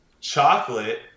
Chocolate